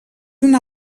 una